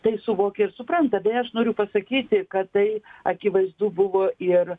tai suvokia ir supranta beje aš noriu pasakyti kad tai akivaizdu buvo ir